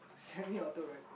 send me auto rifle